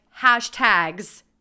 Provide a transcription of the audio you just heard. hashtags